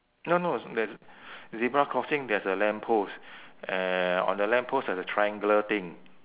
no no z~ there's zebra crossing there's a lamppost uh on the lamppost there's a triangular thing